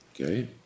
Okay